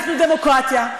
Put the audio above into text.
אנחנו דמוקרטיה,